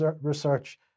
research